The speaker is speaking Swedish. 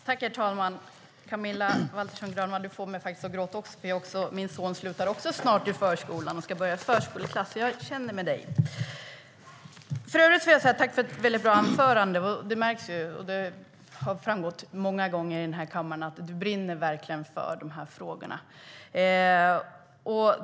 Herr talman! Camilla Waltersson Grönvall får mig att gråta, för min son slutar också snart i förskolan och ska börja i förskoleklass. Jag känner med dig. För övrigt vill jag säga: Tack för ett väldigt bra anförande! Det märks och har framgått många gånger i den här kammaren att du verkligen brinner för de här frågorna.